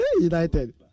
United